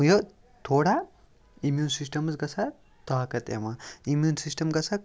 یہِ تھوڑا اِمیوٗن سِسٹَمَس گژھان طاقت دِوان اِمیوٗن سِسٹَم گژھان